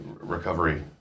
recovery